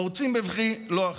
פורצים בבכי לא אחת.